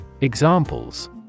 Examples